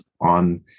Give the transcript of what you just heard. on